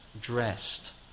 dressed